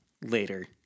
later